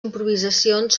improvisacions